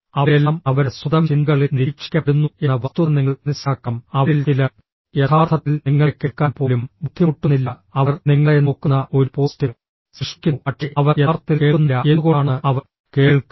അവരെല്ലാം അവരുടെ സ്വന്തം ചിന്തകളിൽ നിരീക്ഷിക്കപ്പെടുന്നു എന്ന വസ്തുത നിങ്ങൾ മനസ്സിലാക്കണം അവരിൽ ചിലർ യഥാർത്ഥത്തിൽ നിങ്ങളെ കേൾക്കാൻ പോലും ബുദ്ധിമുട്ടുന്നില്ല അവർ നിങ്ങളെ നോക്കുന്ന ഒരു പോസ്റ്റ് സൃഷ്ടിക്കുന്നു പക്ഷേ അവർ യഥാർത്ഥത്തിൽ കേൾക്കുന്നില്ല എന്തുകൊണ്ടാണെന്ന് അവർ കേൾക്കുന്നു